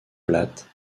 plate